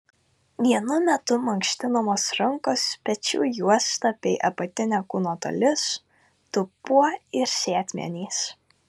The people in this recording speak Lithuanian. vienu metu mankštinamos rankos pečių juosta bei apatinė kūno dalis dubuo ir sėdmenys